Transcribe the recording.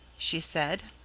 she said.